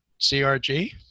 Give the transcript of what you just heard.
CRG